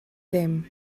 ddim